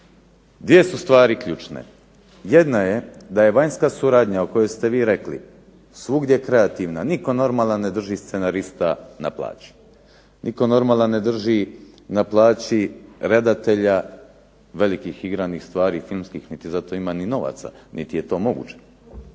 Dvije su stvari ključne. Jedna je da je vanjska suradnja o kojoj ste vi rekli, svugdje kreativna. Nitko normalan ne drži scenarista na plaći, nitko normalan ne drži na plaći redatelja velikih igranih stvari filmskih niti za to ima ni novaca niti je to moguće.